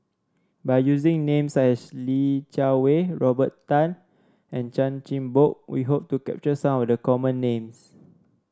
by using names such as Li Jiawei Robert Tan and Chan Chin Bock we hope to capture some of the common names